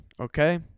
Okay